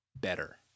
better